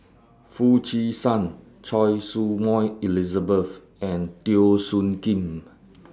Foo Chee San Choy Su Moi Elizabeth and Teo Soon Kim